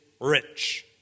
rich